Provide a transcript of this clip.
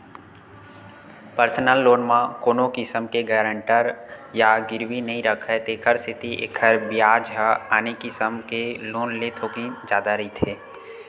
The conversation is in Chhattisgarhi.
पर्सनल लोन म कोनो किसम के गारंटर या गिरवी नइ राखय तेखर सेती एखर बियाज ह आने किसम के लोन ले थोकिन जादा रहिथे